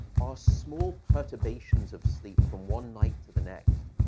our small perturbations of sleep from one night to the next,